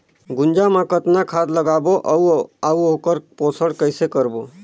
गुनजा मा कतना खाद लगाबो अउ आऊ ओकर पोषण कइसे करबो?